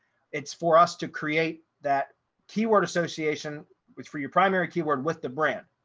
it's for us to create that keyword association with for your primary keyword with the brand.